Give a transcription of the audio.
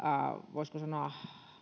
voisiko sanoa